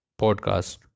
podcast